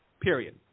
period